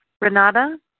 Renata